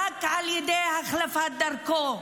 אלא רק על ידי החלפת דרכו.